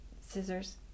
scissors